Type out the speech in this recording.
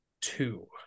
two